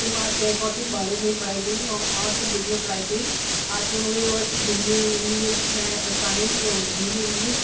उते मां छहे खां वठी ॿारहें ताईं पढ़ाई कई ऐं आर्ट्स स्ट्रीम में पढ़ाई कई आर्ट में मुंहिंजे वटि हिंदी इंग्लिश ऐं साएंस ऐं हिंदी इंग्लिश